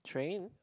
train